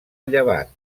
llevant